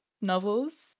novels